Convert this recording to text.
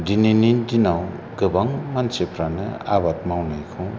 दिनैनि दिनाव गोबां मानसिफ्रानो आबाद मावनायखौ